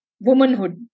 womanhood